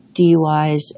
DUIs